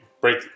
break